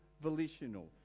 volitional